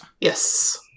Yes